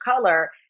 color